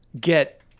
get